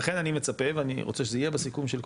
ולכן אני מצפה ואני רוצה שזה יהיה בסיכום של כבודו,